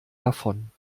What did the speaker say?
davon